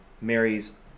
marries